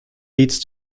leads